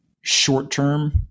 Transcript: short-term